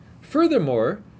Furthermore